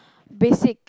basic